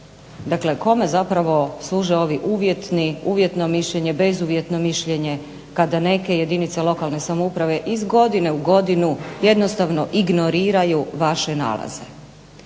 Dakle kome zapravo služe ovi uvjetno mišljenje, bezuvjetno mišljenje kada neke jedinice lokalne samouprave iz godine u godinu jednostavno ignoriraju vaše nalaze?